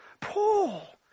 Paul